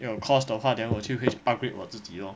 有 on course 的话 then 我就 upgrade 我自己 lor